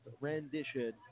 rendition